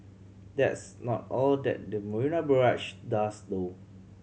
that's not all that the Marina Barrage does though